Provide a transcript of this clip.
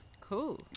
Cool